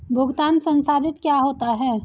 भुगतान संसाधित क्या होता है?